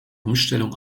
umstellung